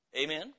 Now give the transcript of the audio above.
Amen